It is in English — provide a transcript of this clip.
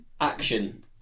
action